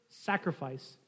sacrifice